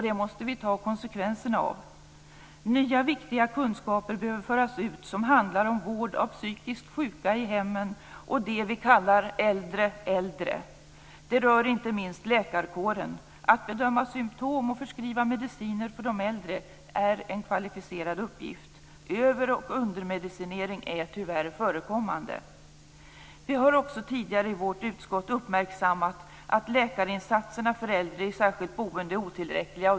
Det måste vi ta konsekvenserna av. Nya viktiga kunskaper behöver föras ut som handlar om vård av psykiskt sjuka i hemmen och de vi kallar äldre äldre. Det rör inte minst läkarkåren. Att bedöma symtom och förskriva mediciner för de äldre är en kvalificerad uppgift. Över och undermedicinering är tyvärr förekommande. Vi har också tidigare i vårt utskott uppmärksammat att läkarinsatserna för äldre i särskilt boende är otillräckliga.